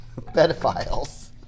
pedophiles